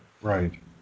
Right